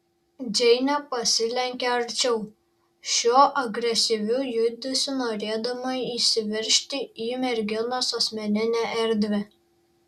džeinė pasilenkė arčiau šiuo agresyviu judesiu norėdama įsiveržti į merginos asmeninę erdvę